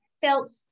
felt